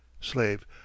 Slave